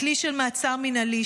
הכלי של מעצר מינהלי,